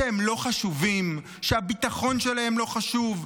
שהם לא חשובים, שהביטחון שלהם לא חשוב?